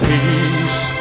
peace